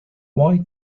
why